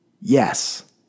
yes